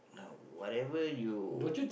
no whatever you